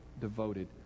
devoted